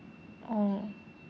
oh